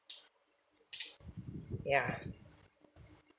yeah